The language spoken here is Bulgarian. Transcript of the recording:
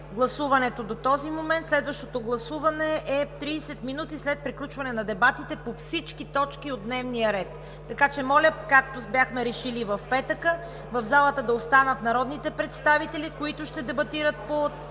гласуванията до този момент. Следващото гласуване е 30 минути след приключване на дебатите по всички точки от дневния ред. Моля, както бяхме решили в петък, в залата да останат народните представители, които ще дебатират по първа